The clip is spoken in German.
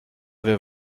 wir